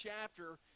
chapter